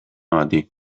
bati